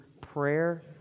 prayer